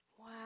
Wow